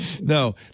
No